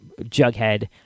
Jughead